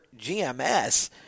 GMS